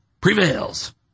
prevails